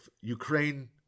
Ukraine